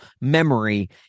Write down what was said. memory